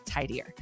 tidier